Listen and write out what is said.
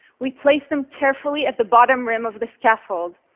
we placed them carefully at the bottom rim of the scaffold,